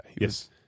Yes